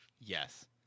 Yes